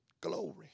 Glory